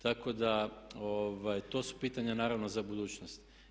Tako da, to su pitanja naravno za budućnost.